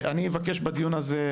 אני אבקש בדיון הזה,